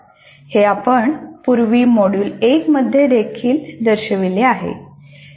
हे आपण पूर्वी मॉड्यूल 1 मध्ये देखील दर्शविले आहे